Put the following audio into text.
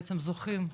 בעצם "זוכים",